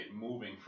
moving